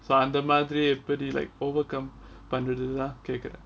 so அந்த மாதிரி எப்படி:andha madhiri epdi like overcome பண்றது அதான் கேட்க்குறேன்:panrathu adhan kekuren